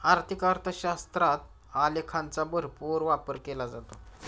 आर्थिक अर्थशास्त्रात आलेखांचा भरपूर वापर केला जातो